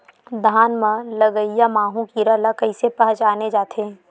धान म लगईया माहु कीरा ल कइसे पहचाने जाथे?